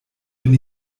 bin